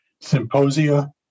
symposia